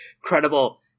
credible